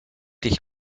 dich